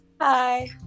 Hi